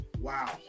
Wow